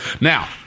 Now